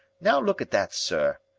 now look at that, sir.